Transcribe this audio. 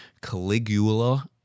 Caligula